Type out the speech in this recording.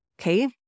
Okay